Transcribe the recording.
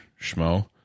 schmo